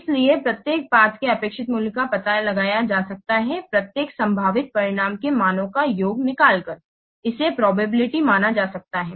इसलिए प्रत्येक पाथ के अपेक्षित मूल्य का पता लगाया जा सकता है प्रत्येक संभावित परिणाम के मानों का योग निकालकर इसे प्रोबेबिलिटी माना जा सकता है